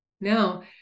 now